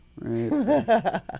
Right